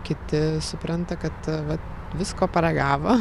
kiti supranta kad vat visko paragavo